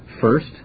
First